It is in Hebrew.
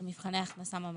של מבחני הכנסה ממש.